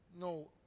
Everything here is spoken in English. no